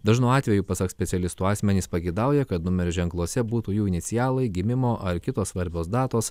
dažnu atveju pasak specialistų asmenys pageidauja kad numerio ženkluose būtų jų inicialai gimimo ar kitos svarbios datos